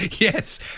Yes